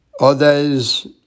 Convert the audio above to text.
Others